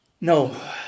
no